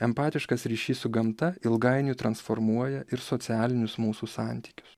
empatiškas ryšys su gamta ilgainiui transformuoja ir socialinius mūsų santykius